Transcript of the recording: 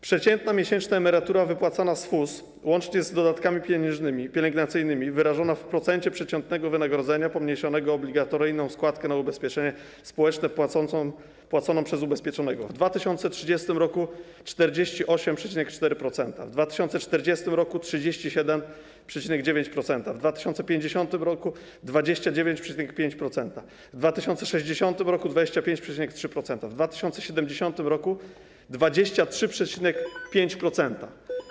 Przeciętna miesięczna emerytura wypłacana z FUS łącznie z dodatkami pielęgnacyjnymi wyrażona w procencie przeciętnego wynagrodzenia, pomniejszonego o obligatoryjną składkę na ubezpieczenie społeczne płaconą przez ubezpieczonego w 2030 r. wyniesie 48,4%, w 2040 r. - 37,9%, w 2050 r. - 29,5%, w 2060 r. - 25,3%, w 2070 r. - 23,5%.